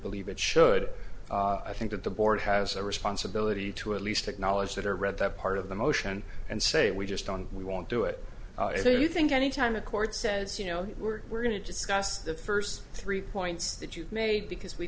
believe it should i think that the board has a responsibility to at least acknowledge that or read that part of the motion and say we just don't we won't do it do you think any time the court says you know we're we're going to discuss the first three points that you've made because we